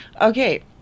Okay